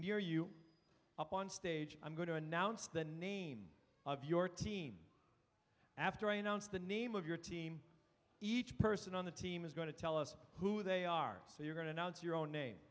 near you up on stage i'm going to announce the name of your team after i announce the name of your team each person on the team is going to tell us who they are so you're going to announce your own name